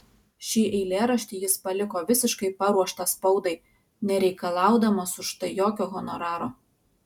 šį eilėraštį jis paliko visiškai paruoštą spaudai nereikalaudamas už tai jokio honoraro